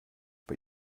but